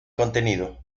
contenido